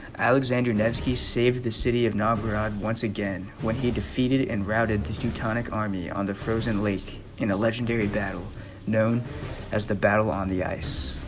alexander nevsky saved the city of novgorod once again when he defeated and routed teutonic army on the frozen lake in a legendary battle known as the battle on the ice